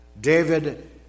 David